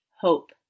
HOPE